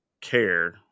care